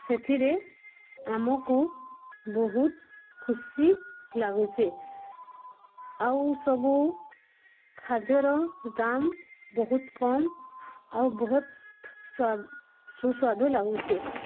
ସେଥିରେ ଆମକୁ ବହୁତ ଖୁସି ଲାଗୁଛେ ଆଉ ସବୁ ଖାଦ୍ୟର ଦାମ ବହୁତ କମ୍ ଆଉ ବହୁତ ସୁସ୍ୱାଦୁ ଲାଗୁଛେ